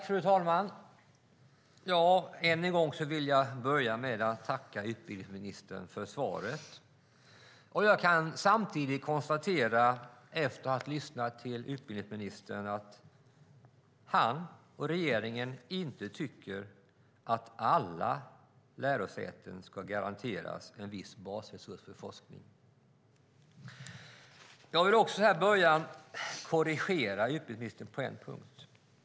Fru talman! Än en gång vill jag börja med att tacka utbildningsministern för svaret. Jag kan samtidigt konstatera, efter att ha lyssnat till utbildningsministern, att han och regeringen inte tycker att alla lärosäten ska garanteras en viss basresurs för forskning. Jag vill också så här i början av mitt anförande korrigera utbildningsministern på en punkt.